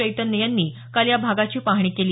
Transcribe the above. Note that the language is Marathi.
चैतन्य यांनी काल या भागाची पाहणी केली